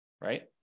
right